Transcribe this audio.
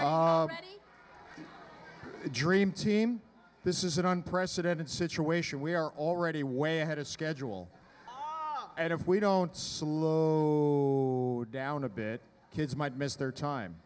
any dream team this is an unprecedented situation we are already way ahead of schedule and if we don't slow down a bit kids might miss their time